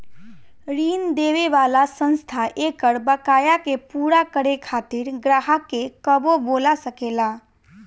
ऋण देवे वाला संस्था एकर बकाया के पूरा करे खातिर ग्राहक के कबो बोला सकेला